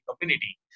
community